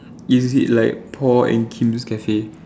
is it like Paul and Kim's cafe